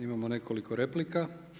Imamo nekoliko replika.